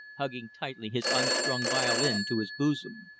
hugging tightly his unstrung violin to his bosom.